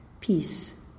Peace